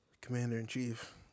commander-in-chief